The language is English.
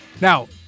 now